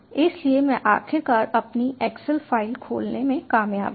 इसलिए मैं आखिरकार अपनी एक्सेल फाइल खोलने में कामयाब रहा